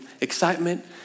Excitement